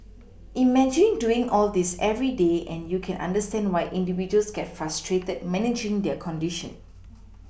imagine doing all this every day and you can understand why individuals get frustrated managing their condition